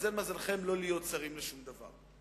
התמזל מזלכם לא להיות שרים לשום דבר,